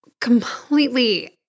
completely